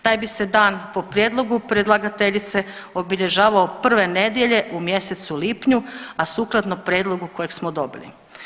Taj bi se dan po prijedlogu predlagateljice obilježavao prve nedjelje u mjesecu lipnju, a sukladno prijedlogu kojeg smo dobili.